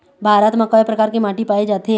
भारत म कय प्रकार के माटी पाए जाथे?